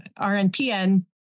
RNPN